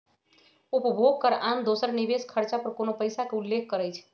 उपभोग कर आन दोसर निवेश खरचा पर कोनो पइसा के उल्लेख करइ छै